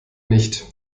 nicht